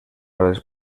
les